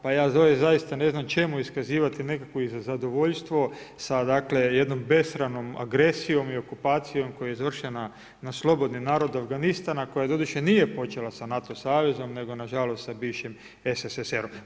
Pa ja zaista ne znam čemu iskazivati nekakvo zadovoljstvo sa dakle jednom besramnom agresijom i okupacijom koja je izvršena na slobodni narod Afganistana koja doduše nije počela sa NATO savezom, nego na žalost sa bivšim SSSR-om.